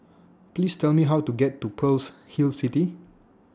Please Tell Me How to get to Pearl's Hill City